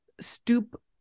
stoop